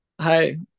Hi